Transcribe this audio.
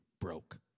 broke